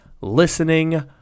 listening